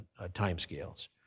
timescales